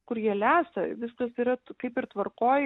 kur jie lesa viskas yra kaip ir tvarkoj